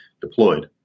deployed